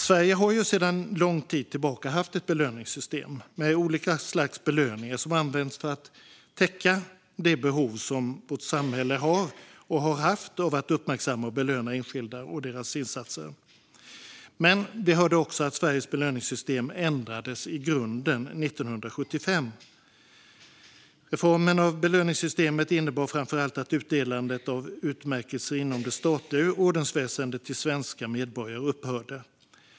Sverige har sedan lång tid tillbaka haft ett belöningssystem, med olika slags belöningar som använts för att täcka det behov som vårt samhälle har och har haft av att uppmärksamma och belöna enskilda och deras insatser. Men vi hörde också att Sveriges belöningssystem ändrades i grunden 1975. Reformen av belöningssystemet innebar framför allt att utdelandet av utmärkelser inom det statliga ordensväsendet till svenska medborgare upphörde.